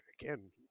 again